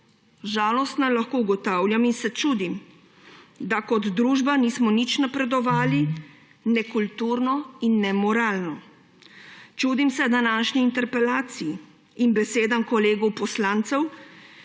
Žalostna lahko ugotavljam in se čudim, da kot družba nismo nič napredovali ne kulturno in ne moralno. Čudim se današnji interpelaciji in besedam kolegov poslancev,